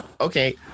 Okay